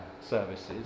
services